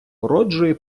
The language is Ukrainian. породжує